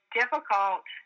difficult